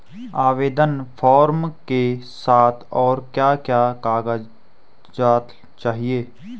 आवेदन फार्म के साथ और क्या क्या कागज़ात चाहिए?